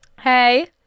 Hey